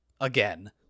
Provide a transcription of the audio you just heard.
again